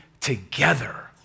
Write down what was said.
together